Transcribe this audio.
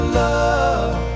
love